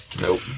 Nope